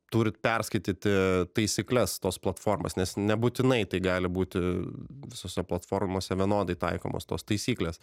turit perskaityti taisykles tos platformos nes nebūtinai tai gali būti visose platformose vienodai taikomos tos taisyklės